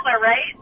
right